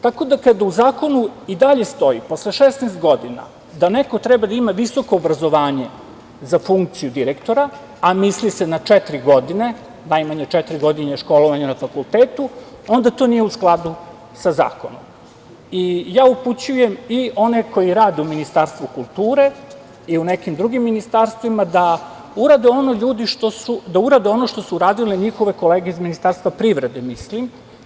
Tako da kada u zakonu i dalje stoji posle 16 godina da neko treba da ima visoko obrazovanje za funkciju direktora, a misli se na četiri godine, najmanje četiri godine školovanja na fakultetu, onda to nije u skladu sa zakonom i ja upućujem i one koji rade u Ministarstvu kulture i u nekim drugim ministarstvima da urade ono što su uradile njihove kolege iz Ministarstva privrede, mislim.